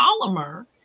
polymer